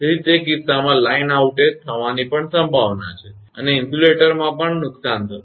તેથી તે કિસ્સામાં લાઇન આઉટેજ થવાની પણ સંભાવના છે અને ઇન્સ્યુલેટરમાં પણ નુકસાન થશે